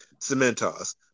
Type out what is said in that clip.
Cementos